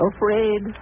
Afraid